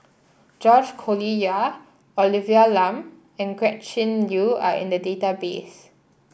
George Collyer Olivia Lum and Gretchen Liu are in the database